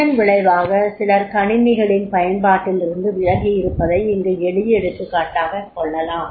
இதன் விளைவாக சிலர் கணிணிகளின் பயன்பாட்டிலிருந்து விலகி இருப்பதை இங்கு எளிய எடுத்துக்காட்டாகக் கொள்ளலாம்